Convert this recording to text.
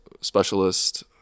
specialist